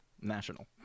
national